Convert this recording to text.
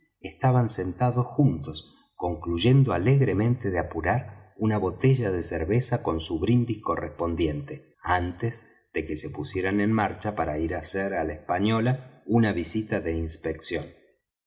estaban sentados juntos concluyendo alegremente de apurar una botella de cerveza con su brindis correspondiente antes de que se pusieran en marcha para ir á hacer á la española una visita de inspección